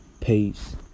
peace